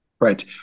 Right